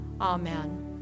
amen